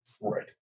Right